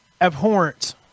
Abhorrent